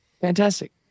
Fantastic